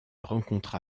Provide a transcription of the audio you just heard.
rencontra